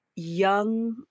young